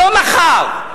לא מחר,